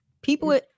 people